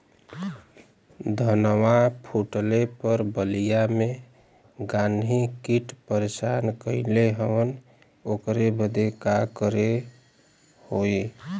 धनवा फूटले पर बलिया में गान्ही कीट परेशान कइले हवन ओकरे बदे का करे होई?